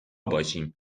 باشیم